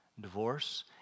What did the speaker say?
Divorce